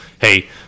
hey